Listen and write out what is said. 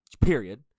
period